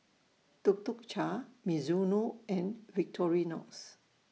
Tuk Tuk Cha Mizuno and Victorinox